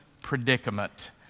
predicament